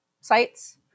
sites